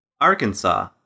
Arkansas